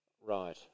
Right